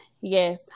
Yes